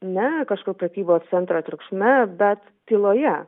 ne kažkur prekybos centro triukšme bet tyloje